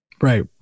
Right